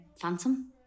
Phantom